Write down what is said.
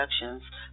Productions